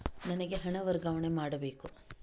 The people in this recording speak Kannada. ನನಗೆ ಹಣ ವರ್ಗಾವಣೆ ಮಾಡಬೇಕು